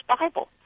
Bible